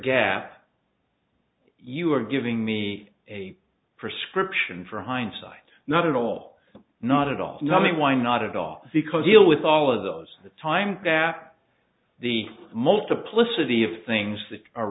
gap you are giving me a prescription for hindsight not at all not at all not me why not at all because he'll with all of those the time that the multiplicity of things that are